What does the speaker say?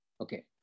Okay